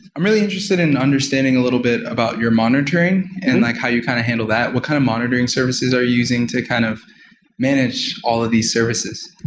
i'm really interested in understanding a little bit about your monitoring and like how you kind of handle that. what kind of monitoring services are you using to kind of manage all of these services?